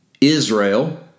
Israel